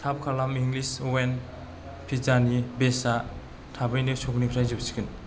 थाब खालाम इंलिश अवेन पिजानि बेसआ थाबैनो स्टकनिफ्राय जोबसिगोन